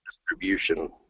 distribution